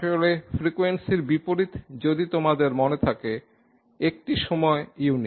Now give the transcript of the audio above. আসলে ফ্রিকোয়েন্সির বিপরীত যদি তোমাদের মনে থাকে একটি সময় ইউনিট